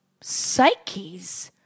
psyches